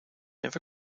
never